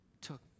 took